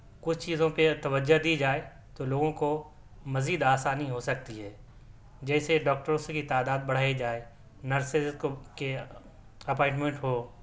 کچھ چیزوں پہ توجہ دی جائے تو لوگوں کو مزید آسانی ہو سکتی ہے جیسے ڈاکٹرس کی تعداد بڑھائی جائے نرسز کو کے اپائٹمنٹ ہو